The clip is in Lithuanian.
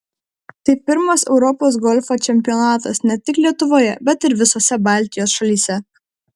tai pirmas europos golfo čempionatas ne tik lietuvoje bet ir visose baltijos šalyse